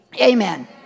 Amen